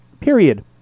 period